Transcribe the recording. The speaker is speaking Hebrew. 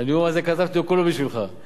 הכול בשבילך.